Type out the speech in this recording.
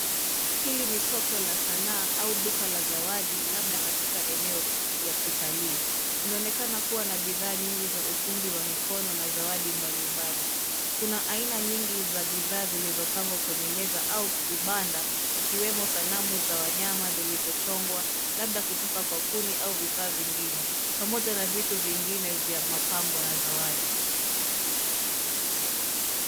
Hili ni soko la sanaa au duka la zawadi labda katika eneo ya kitalii. Inaonekana kuwa na bidhaa nyingi za ufundi wa mikono na zawadi mbali mbali. Kuna aina nyingi za bidhaa zilizopangwa kwenye meza au vibanda ikiwemo sanamu za wanyama zilizochongwa labda kutoka kwa kuni au vifaa vingine pamoja na vitu vingine vya mapambo na zawadi.